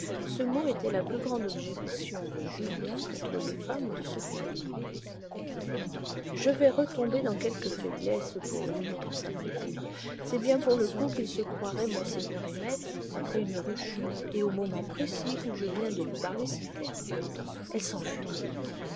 je vais retomber dans quelque faiblesse pour lui pensa mathilde c'est bien pour le coup qu'il se croirait mon seigneur et maître après une rechute et au moment précis où je viens de lui parler si ferme elle s'enfuit